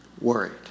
worried